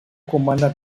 comanda